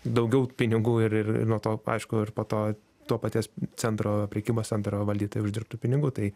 daugiau pinigų ir ir ir nuo to aišku ir po to to paties centro prekybos centro valdytojai uždirbtų pinigų tai